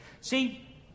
See